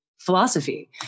philosophy